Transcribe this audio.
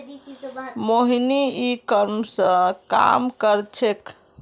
मोहिनी ई कॉमर्सेर काम कर छेक्